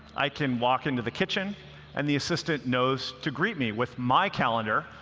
i can walk into the kitchen and the assistant knows to greet me with my calendar,